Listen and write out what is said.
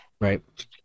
Right